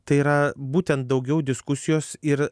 tai yra būtent daugiau diskusijos ir